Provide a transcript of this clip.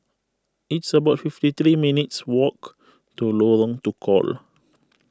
it's about fifty three minutes' walk to Lorong Tukol